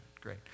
Great